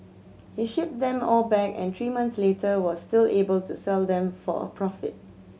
he shipped them all back and three months later was still able to sell them for a profit